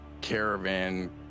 Caravan